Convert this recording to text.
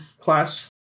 class